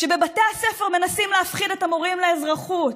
כשבבתי הספר מנסים להפחיד את המורים לאזרחות,